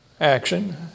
action